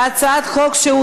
בבקשה,